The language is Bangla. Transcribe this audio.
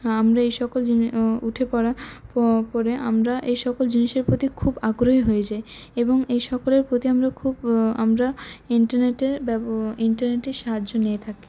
আমরা এই সকল জন্য উঠে পরা পরে আমরা এই সকল জিনিসের প্রতি খুব আগ্রহী হয়ে যায় এবং এই সকলের প্রতি আমরা খুব আমরা ইন্টারনেটের ইন্টারনেটের সাহায্য নিয়ে থাকে